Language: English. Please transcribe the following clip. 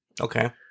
okay